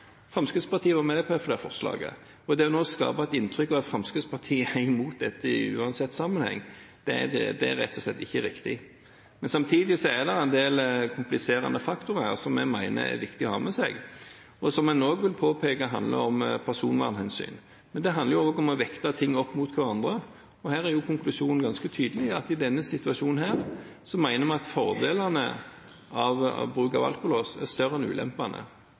Fremskrittspartiet var med på det forslaget, og det man prøver å skape et inntrykk av nå – at Fremskrittspartiet går imot det uansett sammenheng – er rett og slett ikke riktig. Samtidig er det en del kompliserende faktorer her som jeg mener det er viktig å ha med seg, og som jeg vil påpeke handler om personvernhensyn. Men det handler også om å vekte ting opp mot hverandre, og her er konklusjonen ganske tydelig – at i denne situasjonen mener vi at fordelene med bruk av alkolås er større enn ulempene.